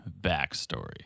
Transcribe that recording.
backstory